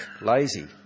lazy